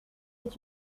est